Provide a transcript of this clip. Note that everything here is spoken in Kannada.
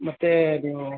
ಮತ್ತು ಅದು